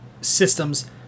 systems